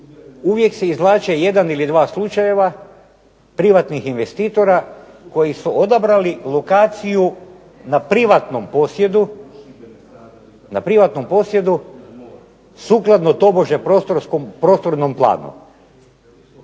uvijek se izvlače jedan ili dva slučajeva privatnih investitora koji su odabrali lokaciju na privatnom posjedu, sukladno tobože prostornom planu.